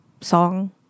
song